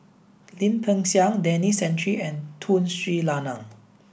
Lim Peng Siang Denis Santry and Tun Sri Lanang